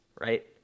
right